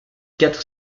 quatre